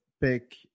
pick